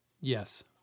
Yes